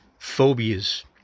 phobias